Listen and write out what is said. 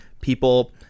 people